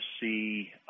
see